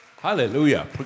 Hallelujah